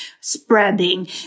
spreading